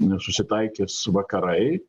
nesusitaikys vakarai